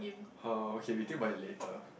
uh okay we think about it later